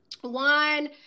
one